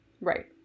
Right